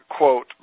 quote